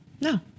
No